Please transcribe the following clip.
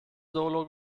solo